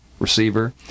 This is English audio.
receiver